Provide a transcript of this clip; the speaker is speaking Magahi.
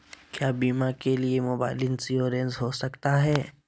क्या बीमा के लिए मोबाइल इंश्योरेंस हो सकता है?